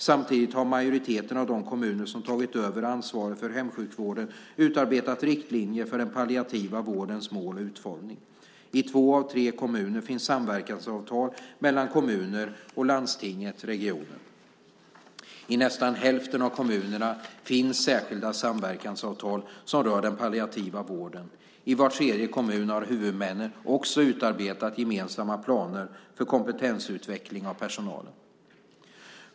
Samtidigt har en majoritet av de kommuner som tagit över ansvaret för hemsjukvården utarbetat riktlinjer för den palliativa vårdens mål och utformning. I två av tre kommuner finns samverkansavtal mellan kommunerna och landstinget/regionen. I nästan hälften av kommunerna finns särskilda samverkansavtal som rör den palliativa vården. I var tredje kommun har huvudmännen också utarbetat gemensamma planer för kompetensutveckling av personalen.